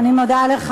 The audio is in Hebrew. אני מודה לך.